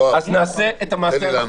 אז נעשה את המעשה הנכון.